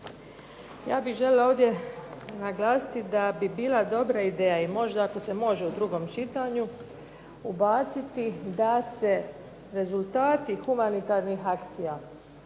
Ja bih željela ovdje naglasiti da bi bila dobra ideja i možda ako se može u drugom čitanju ubaciti da se rezultati humanitarnih akcija